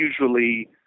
usually